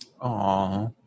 Aw